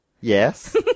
Yes